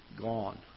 gone